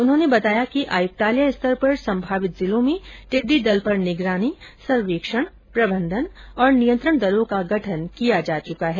उन्होंने बताया कि आयुक्तालय स्तर पर संभावित जिलों में टिड्डी दल पर निगरानी सर्वेक्षण और प्रबंधन तथा नियंत्रण दलों का गठन किया जा चुका है